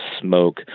smoke